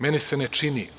Meni se ne čini.